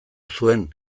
zuen